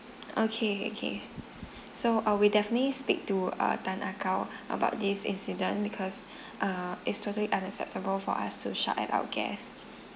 okay okay so uh we definitely speak to uh tan ah kow about this incident because uh it's totally unacceptable for us to shout at our guest